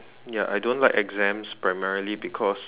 ya I don't like exams primarily because